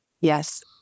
Yes